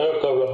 ערב טוב.